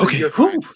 Okay